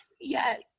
Yes